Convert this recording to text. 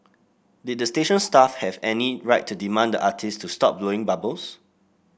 did the station staff have any right to demand the artist to stop blowing bubbles